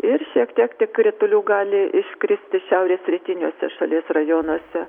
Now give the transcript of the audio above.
ir šiek tiek tiek kritulių gali iškristi šiaurės rytiniuose šalies rajonuose